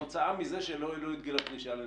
כתוצאה מזה שלא העלו את גיל הפרישה לנשים.